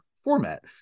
format